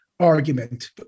argument